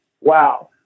wow